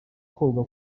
koga